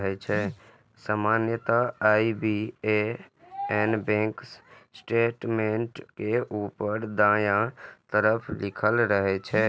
सामान्यतः IBAN bank statement के ऊपर दायां तरफ लिखल रहै छै